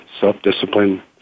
self-discipline